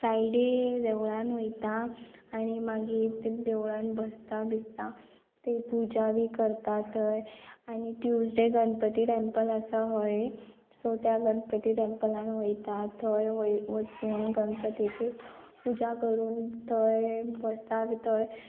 Friday देवळान वयता आणी मागीर देवळान बसतां बिजतां ते पुजा बी करता थंय आनी ट्यूजडे गणपती टॅम्पल आसा हय सो त्या गणपती टॅम्पलान वयता थंय वय वचून गणपतीची पुजा करून थंय बसतां बी थंय